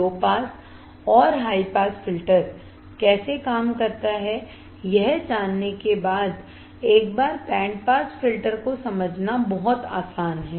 लो pass और high pass filter कैसे काम करता है यह जानने के बाद एक बार बैंड पास फिल्टर को समझना बहुत आसान है